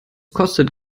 kostet